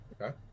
Okay